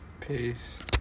Peace